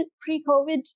pre-COVID